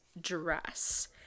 dress